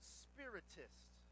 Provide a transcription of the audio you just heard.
spiritist